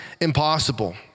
impossible